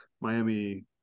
Miami